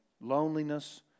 loneliness